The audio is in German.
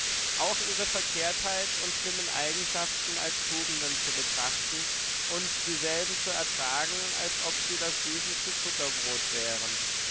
auch ihre verkehrtheit und schlimmen eigenschaften als tugenden zu betrachten und dieselben zu ertragen als ob sie das süßeste zuckerbrot wären